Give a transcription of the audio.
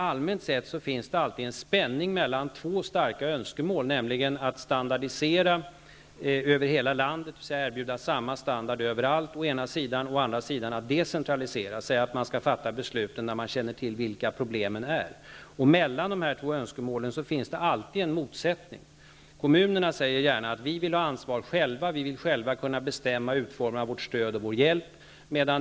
Allmänt sett finns det alltid en spänning mellan två starka önskemål, nämligen å ena sidan att standardisera över hela landet och därmed erbjuda samma standard överallt, å andra sidan att decentralisera och säga att besluten skall fattas där man känner till vilka problemen är. Mellan de två önskemålen finns det alltid en motsättning. Kommunerna säger gärna att de vill ha ansvaret själva. De vill själva kunna bestämma utformningen av stödet och hjälpen.